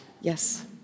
yes